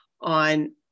on